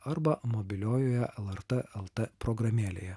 arba mobiliojoje lrt lt programėlėje